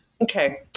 Okay